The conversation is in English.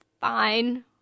fine